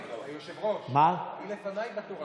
היושב-ראש, היא לפניי בתור.